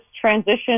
transition